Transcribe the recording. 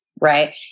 right